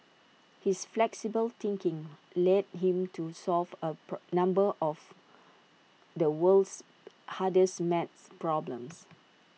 his flexible thinking led him to solve A per number of the world's hardest maths problems